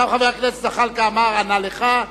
עכשיו חבר הכנסת זחאלקה ענה לך,